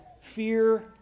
fear